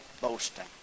boasting